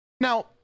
Now